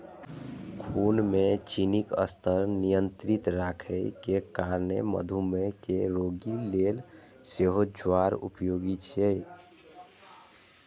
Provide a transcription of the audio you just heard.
खून मे चीनीक स्तर नियंत्रित राखै के कारणें मधुमेह के रोगी लेल सेहो ज्वार उपयोगी छै